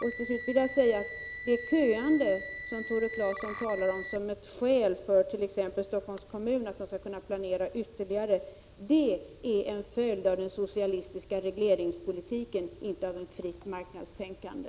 Till slut vill jag säga att det köande som Tore Claeson anfört som skäl för att ge t.ex. Stockholms kommun ytterligare ett planeringsinstrument för bostäder är en följd av den socialistiska regleringspolitiken och inte av ett fritt marknadstänkande.